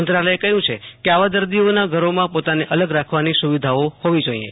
મંત્રાલયે કહય છે કે આવા દર્દીઓના ઘરોમાં પોતાને અલગ રાખવાની સુવિધાઓ હોવી જોઈએ